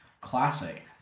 classic